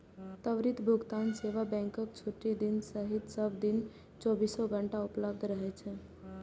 त्वरित भुगतान सेवा बैंकक छुट्टीक दिन सहित सब दिन चौबीसो घंटा उपलब्ध रहै छै